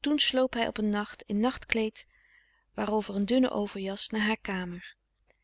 toen sloop hij op een nacht in nachtkleed waarover een dunne overjas naar haar kamer